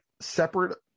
separate